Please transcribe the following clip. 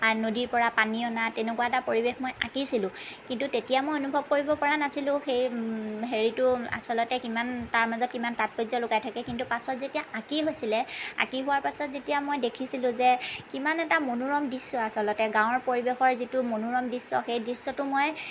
নদীৰ পৰা পানী অনা তেনেকুৱা এটা পৰিৱেশ মই আঁকিছিলোঁ কিন্তু তেতিয়া মই অনুভৱ কৰিব পৰা নাছিলো সেই হেৰিটো আচলতে কিমান তাৰ মাজত কিমান তাৎপৰ্য লুকাই থাকে কিন্তু পাছত যেতিয়া আঁকি হৈছিলে আঁকি হোৱাৰ পাছত যেতিয়া মই দেখিছিলো যে কিমান এটা মনোৰম দৃশ্য আচলতে গাঁৱৰ পৰিৱেশৰ যিটো মনোৰম দৃশ্য সেই দৃশ্যটো মই